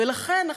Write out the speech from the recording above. ולכן,